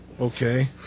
Okay